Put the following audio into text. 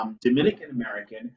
Dominican-American